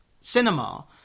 cinema